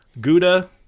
Gouda